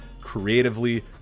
creatively